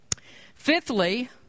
Fifthly